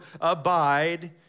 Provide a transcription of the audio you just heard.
abide